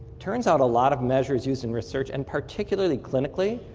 turns out a lot of measures using research and particularly clinically,